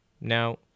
Now